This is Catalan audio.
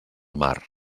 mar